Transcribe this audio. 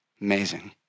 Amazing